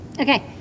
Okay